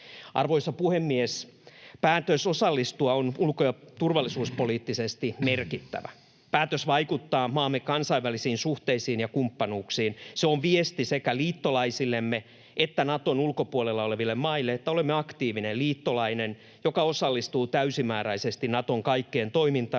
Arvoisa puhemies! Päätös osallistua on ulko‑ ja turvallisuuspoliittisesti merkittävä. Päätös vaikuttaa maamme kansainväliin suhteisiin ja kumppanuuksiin. Se on viesti sekä liittolaisillemme että Naton ulkopuolella oleville maille, että olemme aktiivinen liittolainen, joka osallistuu täysimääräisesti Naton kaikkeen toimintaan